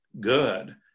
good